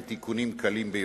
עם תיקונים קלים ביותר.